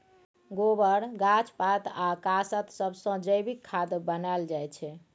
गोबर, गाछ पात आ कासत सबसँ जैबिक खाद बनाएल जाइ छै